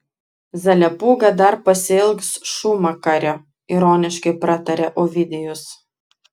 zalepūga dar pasiilgs šūmakario ironiškai pratarė ovidijus